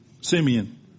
Simeon